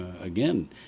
again